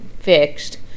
fixed